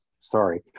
sorry